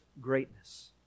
greatness